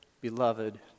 beloved